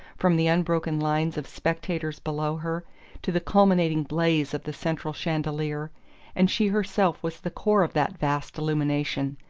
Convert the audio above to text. from the unbroken lines of spectators below her to the culminating blaze of the central chandelier and she herself was the core of that vast illumination,